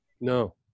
No